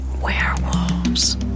Werewolves